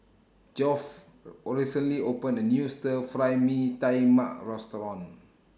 Geoff recently opened A New Stir Fry Mee Tai Mak Restaurant